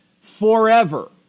forever